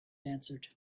answered